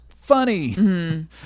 funny